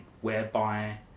whereby